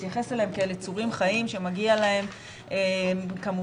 להתייחס אליהם כאל יצורים חיים שמגיע להם כמובן